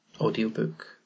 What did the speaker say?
audiobook